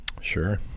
Sure